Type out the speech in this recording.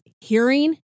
hearing